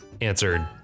answered